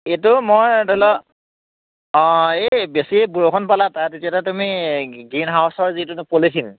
এইটো মই ধৰি লওক অঁ এই বেছি বৰষুণ পালে তাৰ তেতিয়াহ'লে তুমি গ্ৰীণ হাউছৰ যিটো পলিথিন